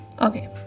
Okay